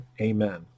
amen